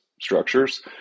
structures